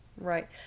Right